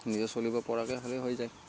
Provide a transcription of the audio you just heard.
নিজে চলিব পৰাকৈ হ'লে হৈ যায়